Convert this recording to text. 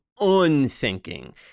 unthinking